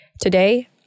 Today